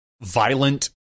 violent